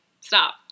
Stop